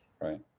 Right